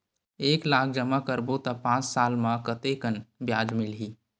एक लाख जमा करबो त पांच साल म कतेकन ब्याज मिलही?